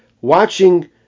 watching